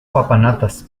papanatas